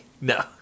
No